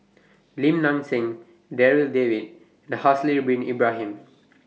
Lim Nang Seng Darryl David and Haslir Bin Ibrahim